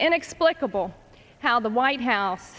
inexplicable how the white house